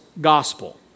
gospel